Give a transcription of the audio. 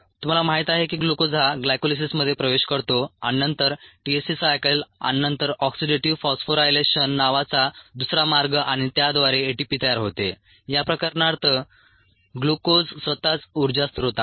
तुम्हाला माहित आहे की ग्लुकोज हा ग्लायकोलिसिसमध्ये प्रवेश करतो आणि नंतर टीसीए सायकल आणि नंतर ऑक्सिडेटिव्ह फॉस्फोरायलेशन नावाचा दुसरा मार्ग आणि त्याद्वारे एटीपी तयार होते या प्रकरणात ग्लूकोज स्वतःच उर्जा स्त्रोत आहे